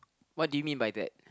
what do you mean by that